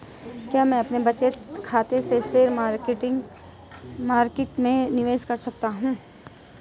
क्या मैं अपने बचत खाते से शेयर मार्केट में निवेश कर सकता हूँ?